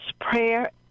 prayer